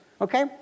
okay